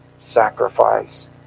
sacrifice